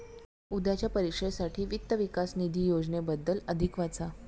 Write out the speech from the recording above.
उद्याच्या परीक्षेसाठी वित्त विकास निधी योजनेबद्दल अधिक वाचा